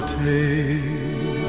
take